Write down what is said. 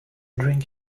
drink